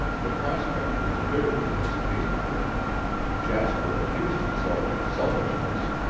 the prospect was bitterly distasteful jasper accused himself of selfishness.